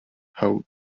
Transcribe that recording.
how